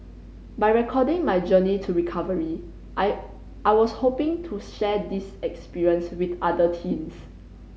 by recording my journey to recovery I I was hoping to share this experience with other teens